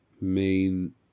main